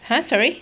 !huh! sorry